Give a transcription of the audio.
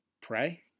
pray